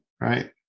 right